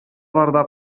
барда